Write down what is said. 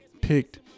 picked